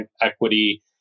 equity